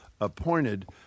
appointed